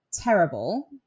terrible